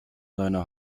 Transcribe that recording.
seine